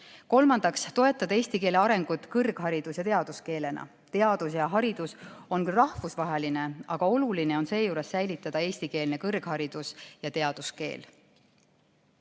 Kolmandaks tuleb toetada eesti keele arengut kõrgharidus‑ ja teaduskeelena. Teadus ja haridus on küll rahvusvahelised, aga oluline on seejuures säilitada eestikeelne kõrgharidus ja teaduskeel.Et